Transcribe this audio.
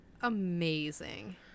amazing